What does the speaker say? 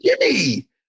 Jimmy